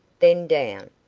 then down,